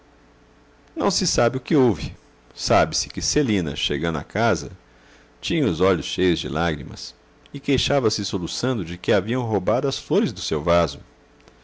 não se sabe o que houve sabe-se que celina chegando à casa tinha os olhos cheios de lágrimas e queixava-se soluçando de que haviam roubado as flores do seu vaso